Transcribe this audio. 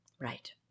right